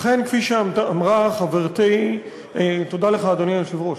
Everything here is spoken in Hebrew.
אכן, כפי שאמרה חברתי, תודה לך, אדוני היושב-ראש.